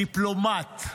דיפלומט,